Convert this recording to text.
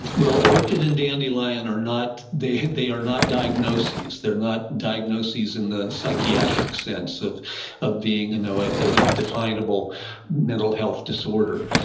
well, orchid and dandelion are not, they they are not diagnoses. they're not diagnoses in the psychiatric sense of of being you know a a definable mental health disorder,